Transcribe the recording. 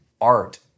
art